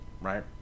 right